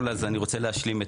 המנכ"ל כאן אמר את